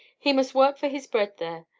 he must work for his bread, there,